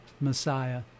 Messiah